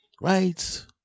right